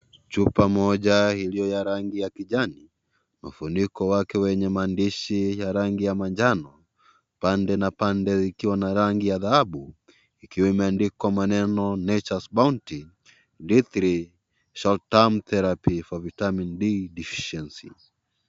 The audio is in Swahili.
Chupa moja iliyo na rangi ya kijani na funiko wake wenye maandshi ya rangi ya manjano, pande na pande zikiwa na rangi ya dhahabu ikiwa imeandkwa maneno NATURE'S BOUNTY D3 Short Term Therapy for Vitamin D Deficiencies .